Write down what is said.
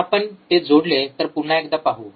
जर आपण ते जोडले तर पुन्हा एकदा पाहू